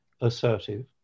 assertive